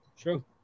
True